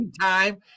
time